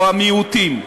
או המיעוטים.